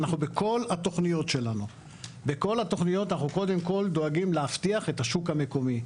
כל התוכניות אנחנו קודם כל דואגים להבטיח את השוק המקומי,